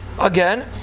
again